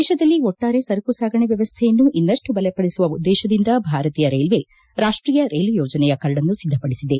ದೇಶದಲ್ಲಿ ಒಟ್ಟಾರೆ ಸರಕು ಸಾಗಣೆ ವ್ಯವಸ್ಥೆಯನ್ನು ಇನ್ನಷ್ಟು ಬಲಪಡಿಸುವ ಉದ್ದೇಶದಿಂದ ಭಾರತೀಯ ರೈಟ್ವೆ ರಾಷ್ಟೀಯ ರೈಲು ಯೋಜನೆಯ ಕರಡನ್ನು ಸಿದ್ದಪಡಿಸಿದೆ